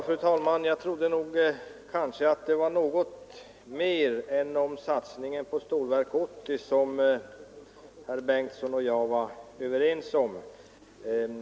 Fru talman! Jag trodde att det var något mer än satsningen på Stålverk 80 som herr Bengtsson och jag var överens om.